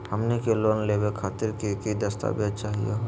हमनी के लोन लेवे खातीर की की दस्तावेज चाहीयो हो?